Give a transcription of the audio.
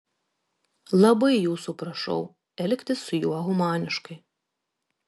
labai jūsų prašau elgtis su juo humaniškai